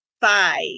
five